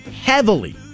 heavily